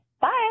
Bye